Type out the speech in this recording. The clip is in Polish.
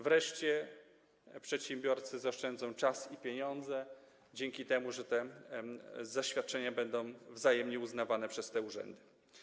Wreszcie przedsiębiorcy zaoszczędzą czas i pieniądze dzięki temu, że zaświadczenia będą wzajemnie uznawane przez te urzędy.